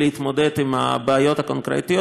להתמודד עם הבעיות הקונקרטיות,